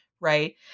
Right